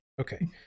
Okay